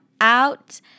out